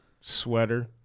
sweater